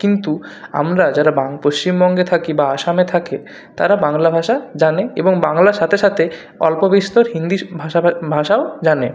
কিন্তু আমরা যারা পশ্চিমবঙ্গে থাকি বা আসামে থাকে তারা বাংলাভাষা জানে এবং বাংলার সাথে সাথে অল্পবিস্তর হিন্দি ভাষাও জানে